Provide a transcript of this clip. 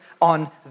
on